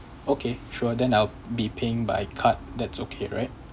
okay sure then I'll be paying by card that's okay right